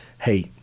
hey